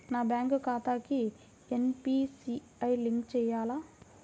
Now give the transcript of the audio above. నా బ్యాంక్ ఖాతాకి NPCI link చేయాలా?